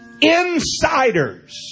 insiders